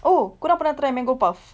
oh kau orang pernah try mango puff